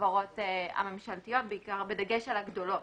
בחברות הממשלתיות בדגש על הגדולות.